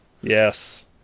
Yes